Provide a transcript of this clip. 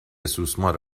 سوسمار